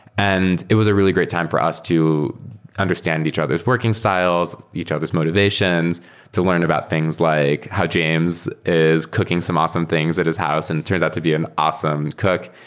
and it was a really great time for us to understand each other's working styles, each other's motivations to learn about things like how james is cooking some awesome things at his house and he turns out to be an awesome cook.